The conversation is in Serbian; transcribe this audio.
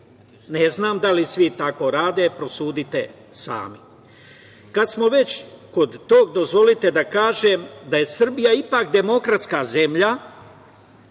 Ne znam da li svi tako rade, prosudite sami. Kada smo već kod toga, dozvolite da kažem da je Srbija ipak demokratska zemlja